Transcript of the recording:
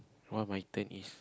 one of my tank is